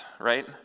right